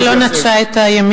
כמי שלא נטשה את עקרונות